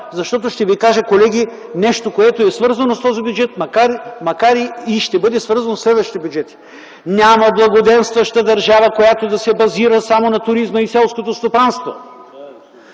влагаме? Ще ви кажа колеги нещо, което е свързано с този бюджет и ще бъде свързано със следващите бюджети – няма благоденстваща държава, която да се базира само на туризма и селското стопанство.